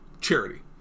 charity